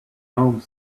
home